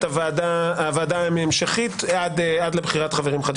הוועדה ההמשכית עד לבחירת חברים חדשים.